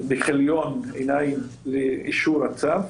בכיליון עיניים לאישור הצו,